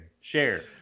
share